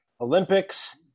Olympics